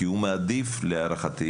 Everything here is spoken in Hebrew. כי הוא מעדיף להערכתי